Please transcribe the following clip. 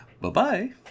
Bye-bye